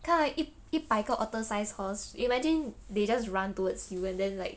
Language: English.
看 ah 一一百个 otter-sized horse imagine they just run towards you and then like